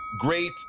great